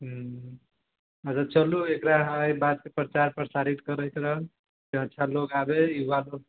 अच्छा चलु एकरा एहिबातके प्रचार प्रसारित करैत रहु अच्छा अच्छा लोक आबय युवासब